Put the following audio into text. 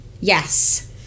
Yes